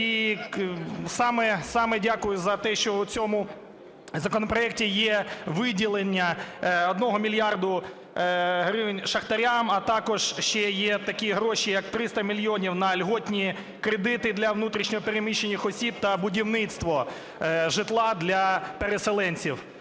І саме дякую за те, що в цьому законопроекті є виділення 1 мільярда гривень шахтарям, а також ще є такі гроші як 300 мільйонів на льготні кредити для внутрішньо переміщених осіб та будівництва житла для переселенців.